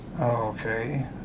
Okay